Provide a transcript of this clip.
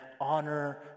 honor